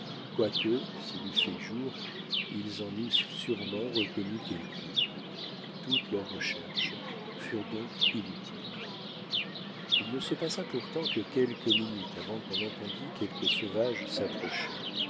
quoique s'il eût fait jour ils en eussent sûrement reconnu quelqu'une toutes leurs recherches furent donc inutiles il ne se passa pourtant que quelques minutes avant qu'on entendît quelques sauvages